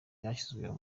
ryashyizweho